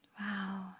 Wow